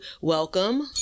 Welcome